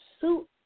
suit